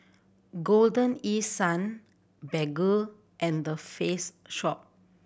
Golden East Sun Baggu and The Face Shop